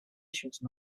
issuance